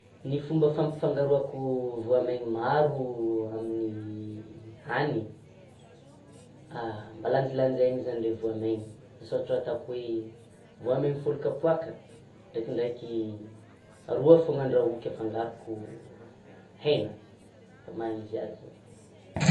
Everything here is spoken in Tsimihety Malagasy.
Ny fomba fampifangaroako voamaina maro amin'ny hanina, lanjalanjaina zany le voamaina, asa ohatra ataoko hoe voamaina folo kapoaka ndrekindreky roa fao andrahoiko afangaroiko hena efa maha izy azy zegny.